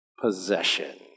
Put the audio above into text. possession